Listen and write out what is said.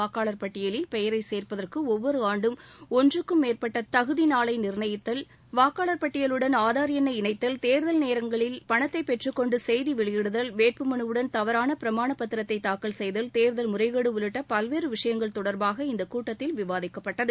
வாக்காளர் பட்டியலில் பெயரை சேர்ப்பதற்கு ஒவ்வொரு ஆண்டும் ஒன்றுக்கும் மேற்பட்ட தகுதி நாளை நிர்ணயித்தல் வாக்காளர் பட்டியலுடன் ஆதார் எண்ணை இணைத்தல் தேர்தல் நேரங்களில் பணத்தை பெற்றுக் கொண்டு செய்தி வெளியிடுதல் வேட்புமனுவுடன் தவறான பிரமாணப் பத்திரத்தை தாக்கல் செய்தல் தேர்தல் முறைகேடு உள்ளிட்ட பல்வேறு விஷயங்கள் தொடர்பாக இந்தக் கூட்டத்தில் விவாதிக்கப்பட்டது